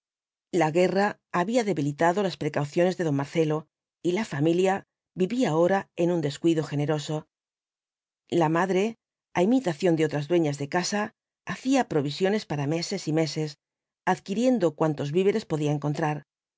la guerra había debilitado las precauciones de don marcelo y la familia vivía ahora en un descuido generoso la madre á imitación de otras dueñas de casa hacía provisiones para meses y meses adquiriendo cuantos víveres podía encontrar